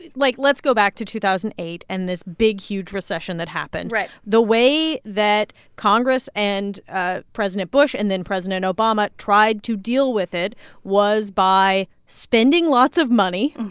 like, let's go back to two thousand and eight and this big, huge recession that happened right the way that congress and ah president bush and then president obama tried to deal with it was by spending lots of money.